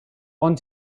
want